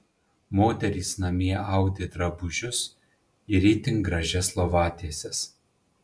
moterys namie audė drabužius ir itin gražias lovatieses